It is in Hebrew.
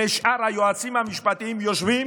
ושאר היועצים המשפטיים יושבים